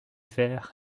fer